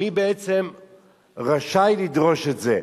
מי בעצם רשאי לדרוש את זה?